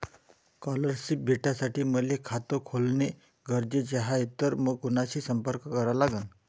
Scholarship भेटासाठी मले खात खोलने गरजेचे हाय तर कुणाशी संपर्क करा लागन?